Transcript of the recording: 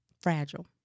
fragile